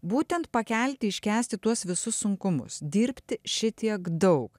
būtent pakelti iškęsti tuos visus sunkumus dirbti šitiek daug